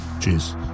Cheers